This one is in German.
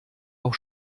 auf